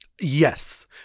Yes